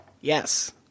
Yes